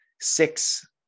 six